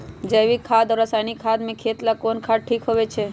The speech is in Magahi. जैविक खाद और रासायनिक खाद में खेत ला कौन खाद ठीक होवैछे?